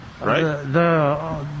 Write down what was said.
right